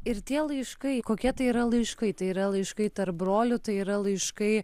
ir tie laiškai kokie tai yra laiškai tai yra laiškai tarp brolių tai yra laiškai